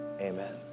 Amen